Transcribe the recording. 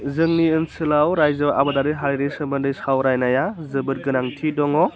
जोंनि ओनसोलाव रायजोआव आबादारि हारिनि सोमोन्दै सावरायनाया जोबोद गोनांथि दङ